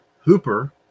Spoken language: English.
Hooper